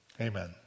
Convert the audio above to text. Amen